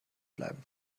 bleiben